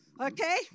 Okay